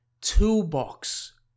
toolbox